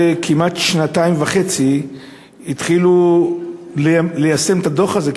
כמעט שנתיים וחצי התחילו ליישם את הדוח הזה,